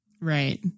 Right